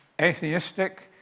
atheistic